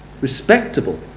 respectable